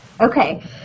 Okay